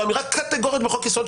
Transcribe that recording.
ואמירה קטגורית בחוק-יסוד,